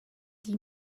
die